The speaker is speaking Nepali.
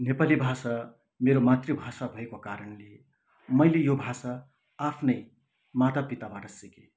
नेपाली भाषा मेरो मातृ भाषा भएको कारणले मैले यो भाषा आफ्नै माता पिताबाट सिकेँ